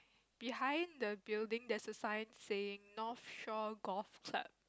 behind the building that's a sign saying north shore golf tub